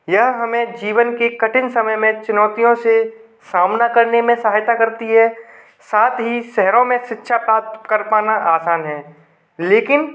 यह हमें जीवन की कठिन समय में चुनौतियों से सामना करने में सहायता करती है साथ ही शहरों में शिक्षा प्राप्त कर पाना आसान है लेकिन